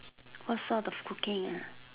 what sort of cooking